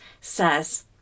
says